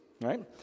right